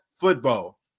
football